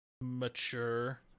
mature